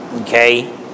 okay